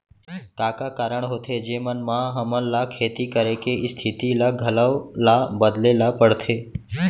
का का कारण होथे जेमन मा हमन ला खेती करे के स्तिथि ला घलो ला बदले ला पड़थे?